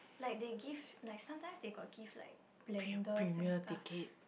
like they give like sometimes they got gift like blender and stuff